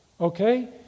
okay